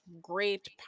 great